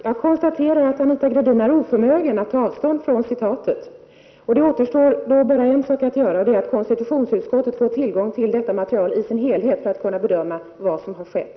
Herr talman! Jag konstaterar att Anita Gradin är oförmögen att ta avstånd från citatet. Då återstår bara en sak att göra, att låta konstitutionsutskottet få tillgång till detta material i dess helhet för att kunna bedöma vad som har skett.